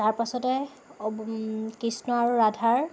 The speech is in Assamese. তাৰ পাছতে কৃষ্ণ আৰু ৰাধাৰ